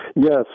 Yes